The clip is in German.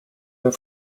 der